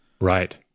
Right